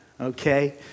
okay